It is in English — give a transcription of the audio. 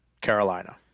Carolina